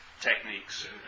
techniques